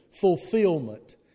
fulfillment